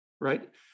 Right